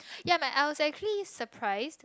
ya my I was actually surprised